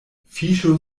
fiŝo